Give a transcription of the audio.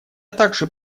также